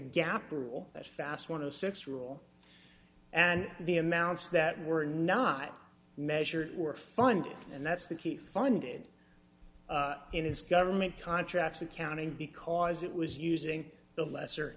all that fast one of six rule and the amounts that were not measured were funded and that's the key funded in its government contracts accounting because it was using the lesser